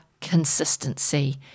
consistency